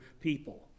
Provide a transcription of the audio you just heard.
people